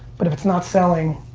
but if it's not selling,